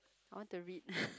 I want to read